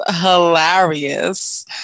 hilarious